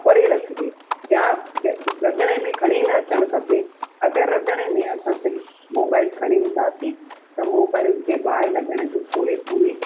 परे रखिजे या रंधिणे में खणी न अचणु खपे अगरि रंधिणे में असां सि मोबाइल खणी ईंदासीं त मोबाइल खे बाहि लॻण जी पूरी पूरी